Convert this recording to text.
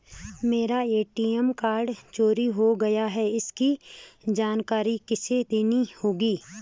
मेरा ATM card चोरी हो गया है इसकी जानकारी किसे देनी होगी?